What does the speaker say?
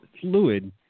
fluid